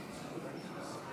הישיבה,